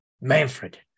Manfred